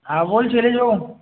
हा बोल शैलेश भाऊ